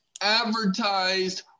advertised